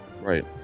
Right